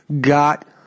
got